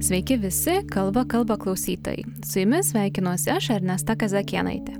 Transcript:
sveiki visi kalba kalba klausytojai su jumis sveikinuosi aš ernesta kazakienaitė